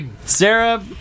Sarah